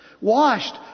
washed